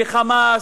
ב"חמאס",